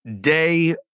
day